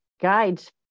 guides